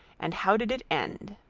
and how did it end?